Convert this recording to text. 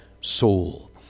soul